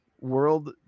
world